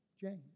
James